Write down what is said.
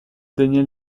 daniel